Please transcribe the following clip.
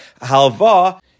halva